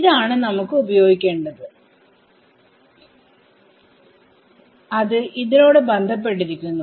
ആണ് നമുക്ക് ഉപയോഗിക്കേണ്ടത് അത്നോട് ബന്ധപ്പെട്ടിരിക്കുന്നു